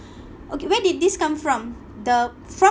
okay where did this come from the